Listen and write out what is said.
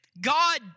God